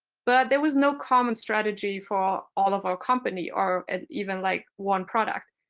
but there was no common strategy for all of our company or even like one product.